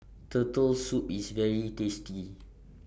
Turtle Soup IS very tasty